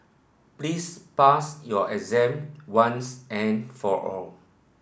please pass your exam once and for all